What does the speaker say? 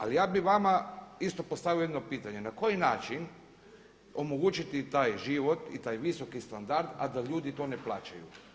Ali ja bih vama isto postavio jedno pitanje, na koji način omogućiti taj život i taj visoki standard a da ljudi to ne plaćaju.